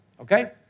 Okay